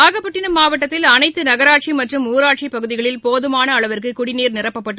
நாகப்பட்டினம் மாவட்டத்தில் அனைத்து நகராட்சி மற்றும் ஊராட்சி பகுதிகளில் போதுமான அளவுக்கு குடிநீர் நிரப்பப்பட்டு